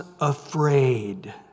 afraid